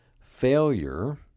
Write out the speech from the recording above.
failure